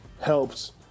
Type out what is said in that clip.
helps